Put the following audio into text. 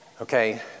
Okay